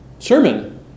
Sermon